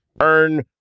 earn